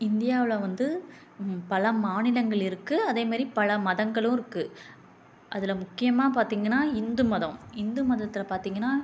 இந்தியாவில் வந்து பல மாநிலங்கள் இருக்குது அதேமாரி பல மதங்களும் இருக்குது அதில் முக்கியமாக பார்த்திங்கனா இந்து மதம் இந்து மதத்தில் பார்த்திங்கனா